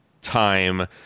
time